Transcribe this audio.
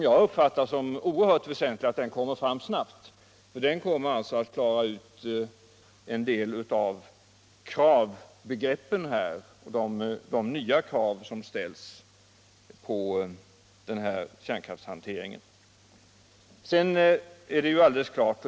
Jag uppfattar det som oerhört väsentligt att den propositionen kommer fram snabbt, för den kommer att klara ut en del av de nya krav som ställs på kärnkraftshanteringen.